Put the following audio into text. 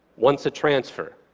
wants a transfer.